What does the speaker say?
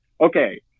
okay